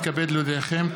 הינני מתכבד להודיעכם,